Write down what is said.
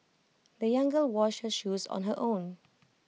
the young girl washed her shoes on her own